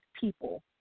people